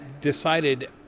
decided